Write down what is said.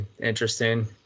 interesting